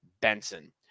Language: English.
Benson